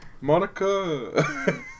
Monica